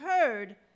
heard